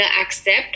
accept